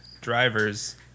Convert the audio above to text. drivers